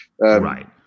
Right